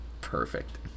Perfect